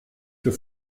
für